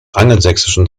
angelsächsischen